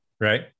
Right